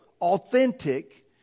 authentic